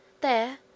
There